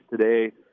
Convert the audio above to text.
today